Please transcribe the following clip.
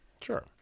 Sure